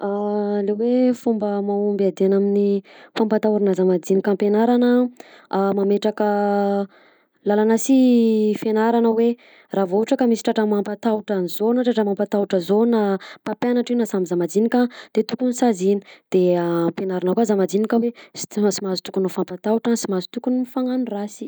Le hoe fomba mahomby iadiana aminy fampatahorana za madinika am-pianarana a mametraka lalàna si fianarana hoe raha vao ohatra ka misy tratra mapatahotra anzao na mampatahotra zao na mpampianatra io na samy za madinika de tokony saziana de ampianarina koa za madinika hoe sy sy mahazo tokony mifapatahotra sy mahazo tokony mifagnano rasy.